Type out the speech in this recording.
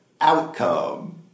outcome